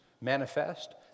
manifest